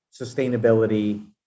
sustainability